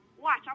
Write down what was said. Watch